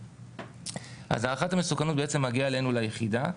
הערכת המסוכנות מגיעה אלינו ליחידה,